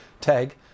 tag